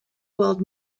while